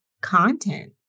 content